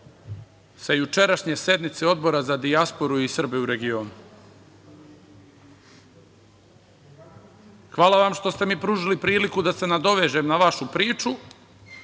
sa jučerašnje sednice Odbora za dijasporu i Srbe u regionu. Hvala vam što ste mi pružili priliku da se nadovežem na vašu priču,